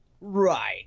Right